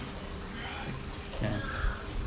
ya